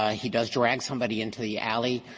ah he does drag somebody into the alley.